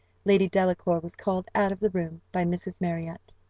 lady delacour was called out of the room by mrs. marriott.